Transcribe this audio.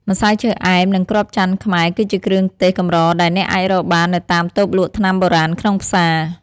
ម្សៅឈើអែម និងគ្រាប់ចន្ទន៍ខ្មែរ គឺជាគ្រឿងទេសកម្រដែលអ្នកអាចរកបាននៅតាមតូបលក់ថ្នាំបុរាណក្នុងផ្សារ។